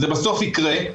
זה בסוף יקרה.